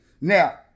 now